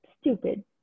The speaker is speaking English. stupid